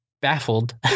baffled